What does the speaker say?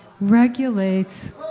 regulates